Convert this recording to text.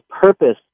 purpose